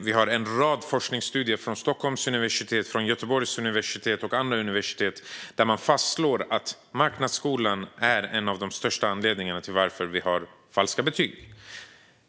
Det finns en rad forskningsstudier från Stockholms universitet, Göteborgs universitet och andra universitet som fastslår att marknadsskolan är en av de största anledningarna till att det finns falska betyg.